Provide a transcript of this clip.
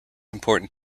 important